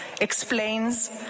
explains